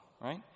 right